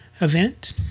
event